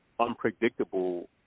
unpredictable